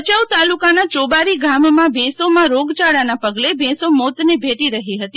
ભચાઉ તાલુકાના ચોબારી ગામમાં ભેંસોમાં રોગચાળાના પગલે ભેંસો મોતને ભેટી રહી હતી